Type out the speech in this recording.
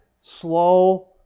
slow